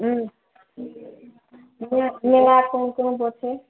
ହୁଁ ମେଳା କେଉଁଠି କେଉଁଠି ବସେ